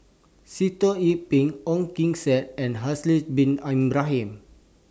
Sitoh Yih Pin Ong Kim Seng and Haslir Bin Ibrahim